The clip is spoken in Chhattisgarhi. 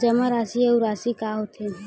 जमा राशि अउ राशि का होथे?